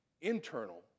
internal